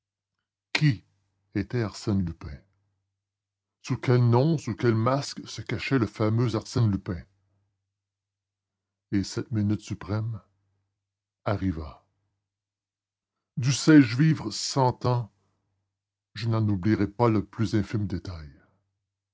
qui était arsène lupin sous quel nom sous quel masque se cachait le fameux arsène lupin et cette minute suprême arriva dussé-je vivre cent ans je n'en oublierai pas le plus infime détail